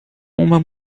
uma